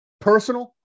personal